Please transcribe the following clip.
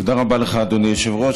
תודה רבה לך, אדוני היושב-ראש.